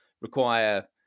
require